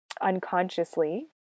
unconsciously